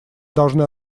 должны